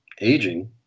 aging